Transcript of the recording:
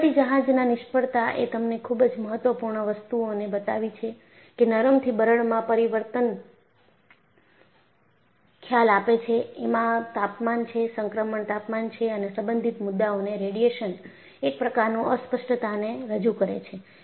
liberty જહાજના નિષ્ફળતા એ તમને ખૂબ જ મહત્વપૂર્ણ વસ્તુઓને બતાવી છે કે નરમ થી બરડમાં પરિવર્તન ખ્યાલ આપે છે એમાં તાપમાન છે સંક્રમણ તાપમાન છે અને સંબંધિત મુદ્દાઓમાં રેડિયેશન એક પ્રકારનું અસ્પષ્ટતાને રજૂ કરે છે